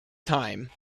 time